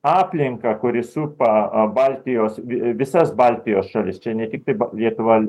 aplinką kuri supa baltijos visas baltijos šalis čia ne tiktai ba lietuva